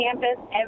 campus